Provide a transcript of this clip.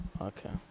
Okay